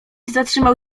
zatrzymał